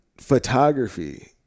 photography